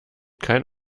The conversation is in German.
kein